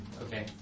okay